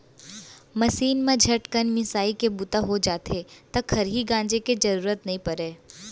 machine म झटकन मिंसाइ के बूता हो जाथे त खरही गांजे के जरूरते नइ परय